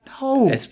No